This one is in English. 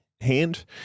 Hand